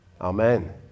Amen